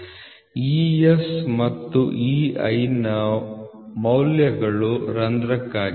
E S ಮತ್ತು E I ನ ಮೌಲ್ಯಗಳು ರಂಧ್ರಕ್ಕಾಗಿವೆ